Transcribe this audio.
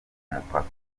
mupaka